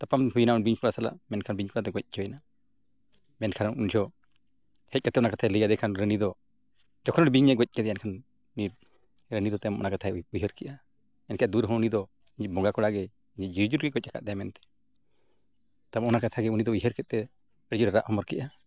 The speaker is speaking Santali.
ᱛᱟᱯᱟᱢ ᱦᱩᱭᱮᱱᱟ ᱵᱤᱧ ᱠᱚᱲᱟ ᱥᱟᱞᱟᱜ ᱢᱮᱱᱠᱷᱟᱱ ᱵᱤᱧ ᱠᱚᱲᱟ ᱫᱚ ᱜᱚᱡ ᱦᱚᱪᱚᱭ ᱮᱱᱟ ᱢᱮᱱᱠᱷᱟᱱ ᱩᱱ ᱡᱚᱦᱚᱜ ᱦᱮᱡ ᱠᱟᱛᱮᱫ ᱚᱱᱟ ᱠᱟᱛᱷᱟᱭ ᱞᱟᱹᱭ ᱟᱫᱮ ᱠᱷᱟᱱ ᱨᱟᱱᱤ ᱫᱚ ᱡᱚᱠᱷᱚᱱ ᱵᱤᱧᱮ ᱜᱚᱡ ᱠᱮᱫᱮᱭᱟ ᱮᱱᱠᱷᱟᱱ ᱨᱟᱱᱤ ᱫᱚ ᱛᱟᱭᱚᱢ ᱚᱱᱟ ᱠᱟᱛᱷᱟᱭ ᱩᱭᱦᱟᱹᱨ ᱠᱮᱫᱼᱟ ᱮᱱᱠᱷᱟᱱ ᱫᱩᱠ ᱨᱮᱦᱚᱸ ᱩᱱᱤ ᱫᱚ ᱵᱚᱸᱜᱟ ᱠᱚᱲᱟ ᱜᱮᱭ ᱟᱡᱤᱡ ᱡᱤᱣᱤ ᱡᱩᱨᱤ ᱜᱚᱡ ᱠᱟᱫᱮᱭᱟ ᱢᱮᱱᱛᱮ ᱛᱳ ᱚᱱᱟ ᱠᱟᱛᱷᱟ ᱜᱮ ᱛᱟᱭᱚᱢ ᱩᱭᱦᱟᱹᱨ ᱠᱮᱫᱛᱮ ᱟᱹᱰᱤ ᱡᱳᱨᱮ ᱨᱟᱜᱼᱦᱚᱢᱚᱨ ᱠᱮᱫᱼᱟ